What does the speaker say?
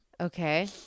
Okay